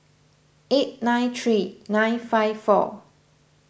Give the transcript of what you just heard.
eight nine three nine five four